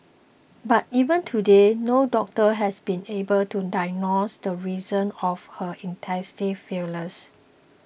but even today no doctor has been able to diagnose the reason of her intestinal failure